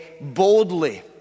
boldly